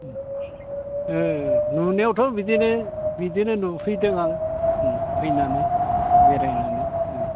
ओ नुनायावथ' बिदिनो बिदिनो नुफैदों आं ओम फैनानै बेरायनानै ओम